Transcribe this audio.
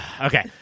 Okay